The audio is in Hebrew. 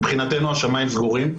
מבחינתי השמיים סגורים.